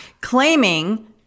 Claiming